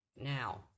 Now